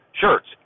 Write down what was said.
shirts